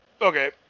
okay